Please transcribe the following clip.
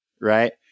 right